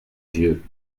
vieux